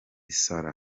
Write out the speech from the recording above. salah